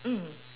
mm